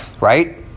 right